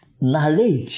knowledge